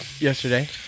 Yesterday